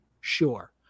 sure